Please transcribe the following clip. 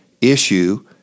issue